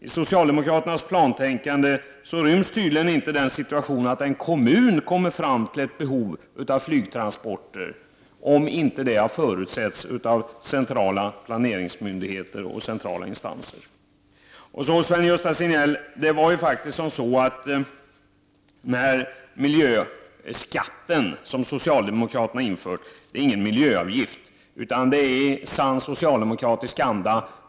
I socialdemokraternas plantänkande ryms tydligen inte den situationen att en kommun kommer fram till att det föreligger ett behov av flygtransporter om inte detta har förutsetts av centrala planeringsmyndigheter och centrala instanser. Sven-Gösta Signell, det är ju faktiskt så att miljöskatten, som socialdemokraterna införde, inte är någon miljöavgift. Det är något som stämmer med sann socialdemokratisk anda.